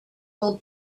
will